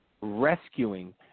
rescuing